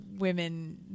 women